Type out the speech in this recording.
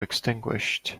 extinguished